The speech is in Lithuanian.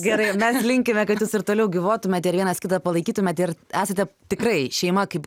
gerai mes linkime kad jūs ir toliau gyvuotumėte ir vienas kitą palaikytumėt ir esate tikrai šeima kaip